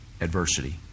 adversity